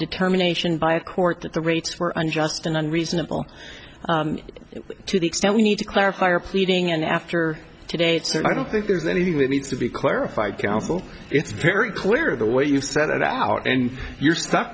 determination by a court that the rates for unjust and unreasonable to the extent we need to clarify are pleading and after to date so i don't think there's anything that needs to be clarified counsel it's very clear the way you set it out and you're stuck